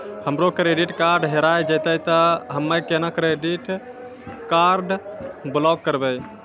हमरो credit card हेरा जेतै ते हम्मय केना कार्ड ब्लॉक करबै?